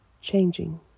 changing